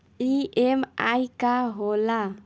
EMI का होला?